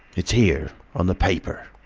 it's here on the paper!